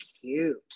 cute